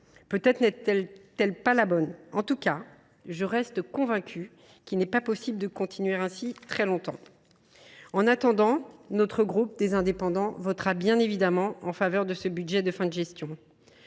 Peut être n’était elle pas la bonne ? En tout cas, je reste convaincue qu’il n’est pas possible de continuer ainsi très longtemps. En attendant, le groupe Les Indépendants votera évidemment en faveur de ce budget de fin de gestion.